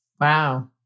Wow